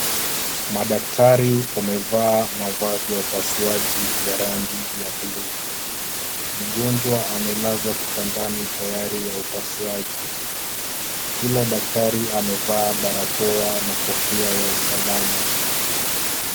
Madaktari wamevaa mavazi ya upasuaji ya rangi ya buluu. Mgonjwa amelazwa kitandani tayari ya upasuaji. Kila daktari amevaa barakoa na kofia ya usalama.